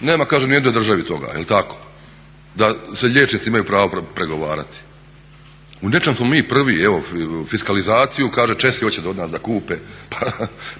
nema kaže ni u jednom državi toga, je li tako, da se liječnici imaj pravo pregovarati. U nečem smo mi prvi, evo fiskalizaciju kaže Česi hoće da od nas da kupe,